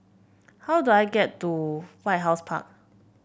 how do I get to White House Park